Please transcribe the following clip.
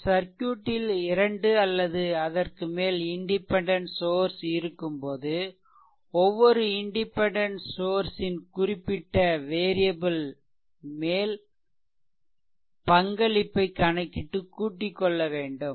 ஒரு சர்க்யூட்டில் 2 அல்லது அதற்கு மேல் இண்டிபெண்டென்ட் சோர்ஸ் இருக்கும் போது ஒவ்வொரு இண்டிபெண்டென்ட் சோர்ஸ் ன் குறிப்பிட்ட வேரியபில் மேல் பங்களிப்பை கணக்கிட்டு கூட்டிக்கொள்ள வேண்டும்